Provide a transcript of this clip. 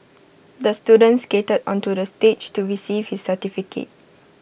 the student skated onto the stage to receive his certificate